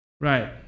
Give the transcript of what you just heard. Right